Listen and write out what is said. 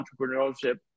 entrepreneurship